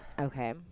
Okay